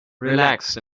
relaxed